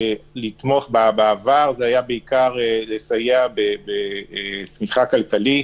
בעבר זה היה בעיקר תמיכה כלכלית,